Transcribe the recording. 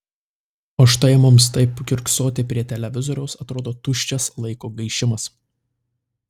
o štai mums taip kiurksoti prie televizoriaus atrodo tuščias laiko gaišimas